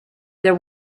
there